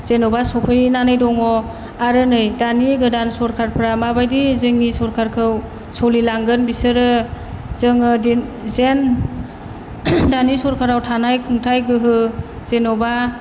जेन'बा सौफैनानै दङ आरो नै दानि गोदान सरखारफ्रा माबादि जोंनि सरखारखौ सोलिलांगोन बिसोरो जोङो जेन दानि सरखाराव थानाय खुंथाय गोहो जेन'बा